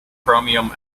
chromium